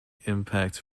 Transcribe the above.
impact